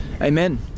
Amen